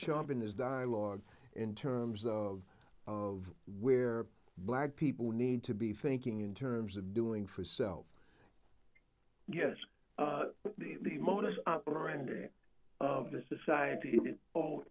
sharp in his dialogue in terms of of where black people need to be thinking in terms of doing for self yes the modus operandi of the society o